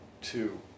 Two